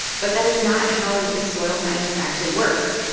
but that is not how the soil science actually works.